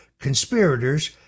conspirators